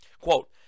Quote